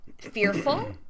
fearful